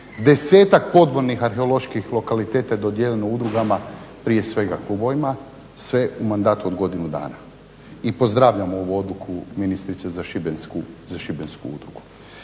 desetak podvodnih arheoloških lokaliteta je dodijeljeno udrugama prije svega klubovima, sve u mandatu od godinu dana. I pozdravljam ovu odluku ministrice za Šibensku udrugu.